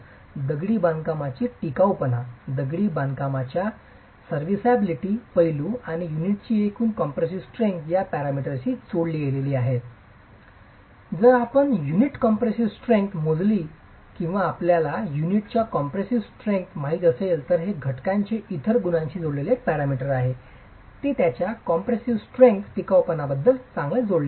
दगडी बांधकामाची टिकाऊपणा दगडी बांधकामाच्या बांधकामाची सर्विसबिलिटी पैलू आणि युनिटची एकूण कॉम्प्रेसीव स्ट्रेंग्थ या पॅरामीटरशी जोडली गेली आहे तर जर आपण युनिटची कॉम्प्रेसीव स्ट्रेंग्थ मोजली किंवा आपल्याला युनिटची कॉम्प्रेसीव स्ट्रेंग्थ माहित असेल तर ते घटकांचे इतर सर्व गुणांशी जोडलेले एक पॅरामीटर आहे ते त्याच्या कॉम्प्रेसीव स्ट्रेंग्थ टिकाऊपणाशी चांगले जोडले गेले आहे